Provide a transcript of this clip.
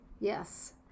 yes